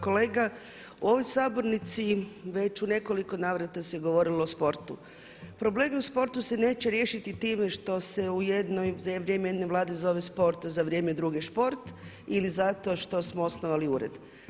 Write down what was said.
Kolega, u ovoj sabornici već u nekoliko navrata se govorilo o sportu, problemi u sportu se neće riješiti time što se za vrijeme jedne vlade zove sport, za vrijeme druge šport ili zato što smo osnovali ured.